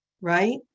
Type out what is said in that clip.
right